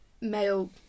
male